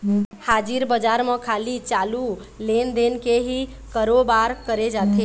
हाजिर बजार म खाली चालू लेन देन के ही करोबार करे जाथे